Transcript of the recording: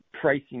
pricing